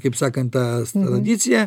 kaip sakant tas tradicija